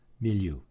milieu